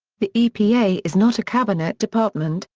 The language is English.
the epa is not a cabinet department,